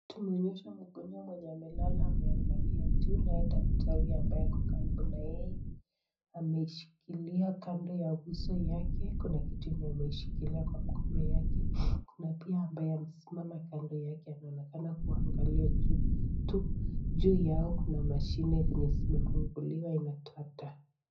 Tumeonyeshwa mgonjwa mwenye amelala ameangalia juu naye daktari ambaye ako karibu na yeye ameshikilia kando ya uso yake kuna kitu yenye ameshikilia kwa mkono yake, kuna pia ambaye amesimama kando yake anaonekana kuangalia juu tu juu yao kuna mashine yenye imefunguliwa inatoa taa.